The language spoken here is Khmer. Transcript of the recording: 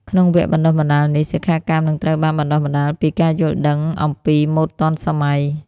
ក្នុងវគ្គបណ្តុះបណ្តាលនេះ សិក្ខាកាមនឹងត្រូវបានបណ្តុះបណ្តាលពី ការយល់ដឹងអំពីម៉ូដទាន់សម័យ។